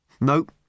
Nope